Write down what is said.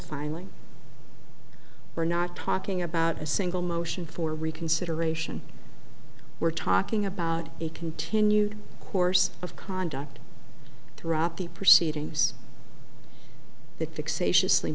filing we're not talking about a single motion for reconsideration we're talking about a continued course of conduct throughout the proceedings that fixation slee